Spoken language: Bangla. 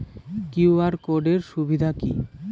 কিউ.আর কোড এর সুবিধা কি?